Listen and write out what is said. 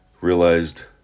realized